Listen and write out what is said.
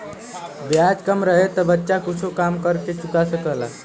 ब्याज कम रहे तो बच्चा कुच्छो काम कर के चुका सकला